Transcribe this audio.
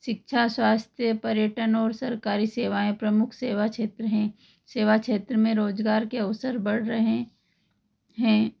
शिक्षा स्वास्थ्य पर्यटन और सरकारी सेवाएँ प्रमुख सेवा क्षेत्र हैं सेवा क्षेत्र में रोजगार के अवसर बढ़ रहे हैं